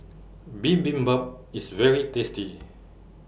Bibimbap IS very tasty